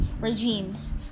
regimes